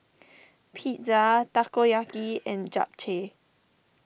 Pizza Takoyaki and Japchae